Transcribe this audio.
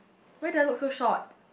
why do I look so short